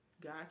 got